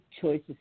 choices